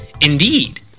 Indeed